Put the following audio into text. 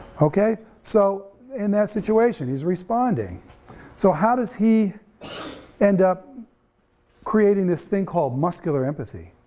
okay so in that situation, he's responding so how does he end up creating this thing called muscular empathy?